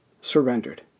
surrendered